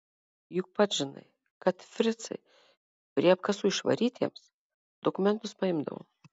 juk pats žinai kad fricai prie apkasų išvarytiems dokumentus paimdavo